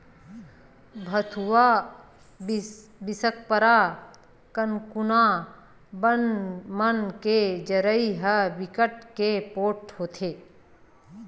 भथुवा, बिसखपरा, कनकुआ बन मन के जरई ह बिकट के पोठ होथे